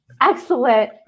Excellent